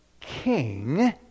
king